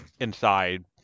inside